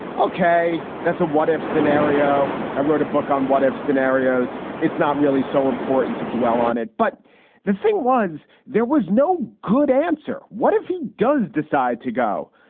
ok, that's a what if scenario. i wrote a book on what if scenarios. it's not really so important to dwell on it, but the thing was, there was no good answer. what if he does decide to go?